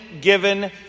given